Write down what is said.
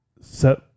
set